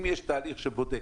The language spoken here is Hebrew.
אם יש תהליך שבודק,